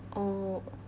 oh